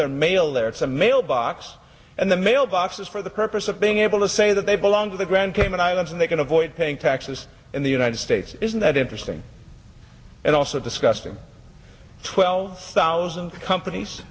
their mail there it's a mail box and the mail boxes for the purpose of being able to say that they belong to the grand cayman islands and they can avoid paying taxes in the united states isn't that interesting and also disgusting twelve thousand companies